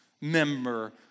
member